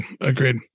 Agreed